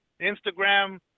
Instagram